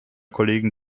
kollegen